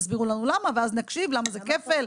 תסבירו לנו למה ואז נקשיב למה זה כפל,